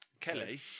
Kelly